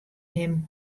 him